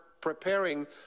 preparing